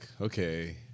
okay